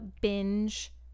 binge